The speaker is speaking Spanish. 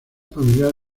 familiar